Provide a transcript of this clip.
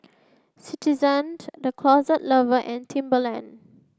citizen to The Closet Lover and Timberland